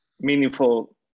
meaningful